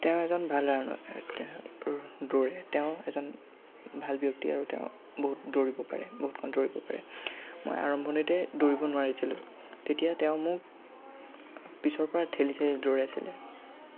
তেওঁ এজন ভাল দৌৰে তেওঁ এজন ভাল ব্যক্তি আৰু তেওঁ বহুত দৌৰিব পাৰে বহুতকণ দৌৰিব পাৰে মই আৰম্ভণিতে দৌৰিব নোৱাৰিছিলোঁ তেতিয়া তেওঁ মোক পিছৰ পৰা ঠেলি ঠেলি দৌৰাইছিলে